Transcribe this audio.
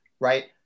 Right